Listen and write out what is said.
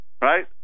Right